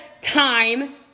time